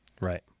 Right